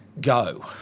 go